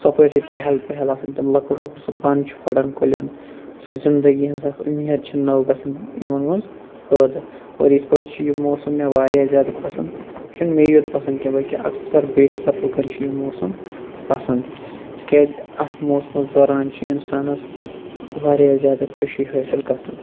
ژۄپٲر چھِ چہل پہل آسان تِم لوٚکُٹ لوٚکُٹ سُہ پَن چھُ فَٹان کُلٮ۪ن زِندگی ہٕنٛز اکھ اُمید چھِ نٔو گَژھان یِمَن مَنٛز پٲدٕ اور یِتھ پٲٹھۍ چھ یہِ موسَم مےٚ واریاہ زیادٕ پَسَنٛد یہِ چھُنہٕ مےیوت پَسَنٛد کینٛہہ بلکہِ اَکثَر بیشتَر لُکَن چھُ یہ موسَم پَسَنٛد تکیازٕ اتھ موسمَس دوران چھِ اِنسانَس واریاہ زیادٕ خُوشی حٲصل گَژھان